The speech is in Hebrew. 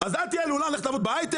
אז אל תהיה לולן לך תעבוד בהייטק?